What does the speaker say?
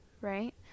Right